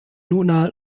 nuna